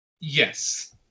Yes